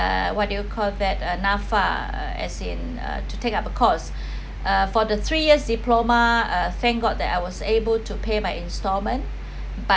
uh what do you call that uh NAFA uh as in uh to take up a course uh for the three years diploma uh thanks god that I was able to pay my instalment but